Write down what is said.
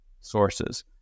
sources